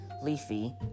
Leafy